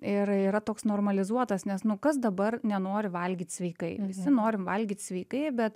ir yra toks normalizuotas nes nu kas dabar nenori valgyt sveikai visi norim valgyt sveikai bet